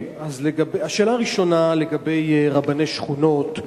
השאלה הראשונה, לגבי רבני שכונות: